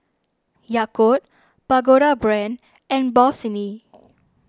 Yakult Pagoda Brand and Bossini